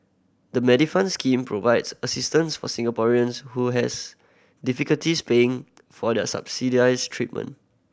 the Medifund scheme provides assistance for Singaporeans who has difficulties paying for the subsidized treatment